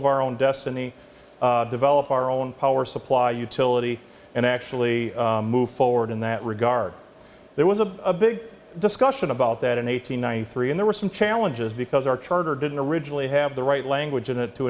of our own destiny develop our own power supply utility and actually move forward in that regard there was a big discussion about that in eight hundred ninety three and there were some challenges because our charter didn't originally have the right language in it to